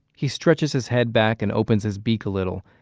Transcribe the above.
he stretches his head back and opens his beak a little.